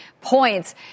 points